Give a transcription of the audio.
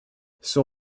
son